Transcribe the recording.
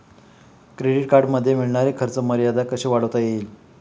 Credit कार्डमध्ये मिळणारी खर्च मर्यादा कशी वाढवता येईल?